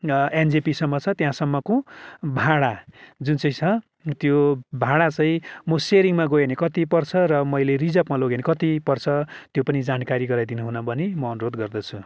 एनजेपीसम्म छ त्यहाँसम्मको भाडा जुन चाहिँ छ त्यो भाडा चाहिँ म सेयरिङमा गएँ भने कति पर्छ र मैले रिजर्भमा लगेँ भने कति पर्छ त्यो पनि जानकारी गराइदिनु हुन भनी म अनुरोध गर्दछु